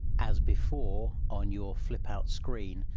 as before, on your flip out screen,